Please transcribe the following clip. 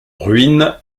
ruine